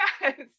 yes